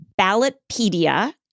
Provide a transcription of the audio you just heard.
Ballotpedia